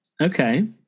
Okay